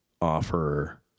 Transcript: offer